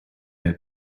air